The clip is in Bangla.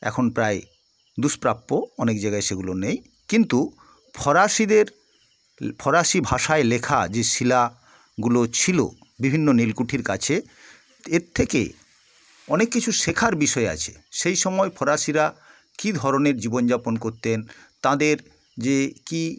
এখন প্রায় দুষ্প্রাপ্য অনেক জায়গায় সেগুলো নেই কিন্তু ফরাসীদের ফরাসী ভাষায় লেখা যে শিলাগুলো ছিলো বিভিন্ন নীলকুঠির কাছে এর থেকে অনেক কিছু শেখার বিষয় আছে সেই সময় ফরাসীরা কী ধরনের জীবন যাপন করতেন তাঁদের যে কী